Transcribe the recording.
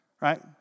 right